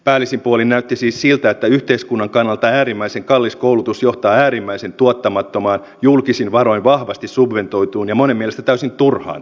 päällisin puolin näytti siis siltä että yhteiskunnan kannalta äärimmäisen kallis koulutus johtaa äärimmäisen tuottamattomaan julkisin varoin vahvasti subventoituun ja monen mielestä täysin turhaan tehtävään